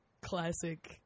classic